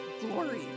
glory